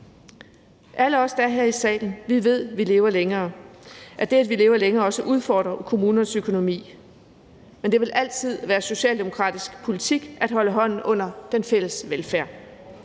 Alle os, der er her i salen, ved, at vi lever længere, og at det, at vi lever længere, også udfordrer kommunernes økonomi, men det vil altid være socialdemokratisk politik at holde hånden under den fælles velfærd.